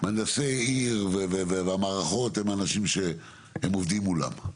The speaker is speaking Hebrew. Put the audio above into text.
מהנדסי עיר והמערכות הם אנשים שהם עובדים מולם,